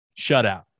shutout